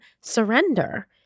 surrender